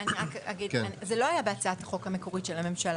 אני רק אגיד: זה לא היה בהצעת החוק המקורית של הממשלה.